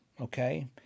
okay